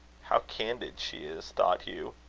how candid she is! thought hugh.